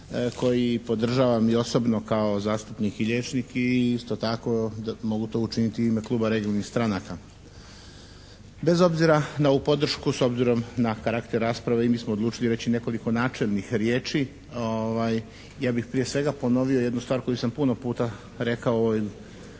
koji podržavam i osobno kao zastupnik i liječnik i isto tako mogu to učiniti u ime kluba regionalnih stranaka. Bez obzira na ovu podršku s obzirom na karakter rasprave i mi smo odlučili reći nekoliko načelnih riječi. Ja bih prije svega ponovio jednu stvar koju sam puno puta rekao u ovoj